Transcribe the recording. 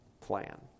plan